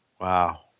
Wow